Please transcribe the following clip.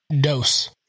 dose